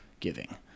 giving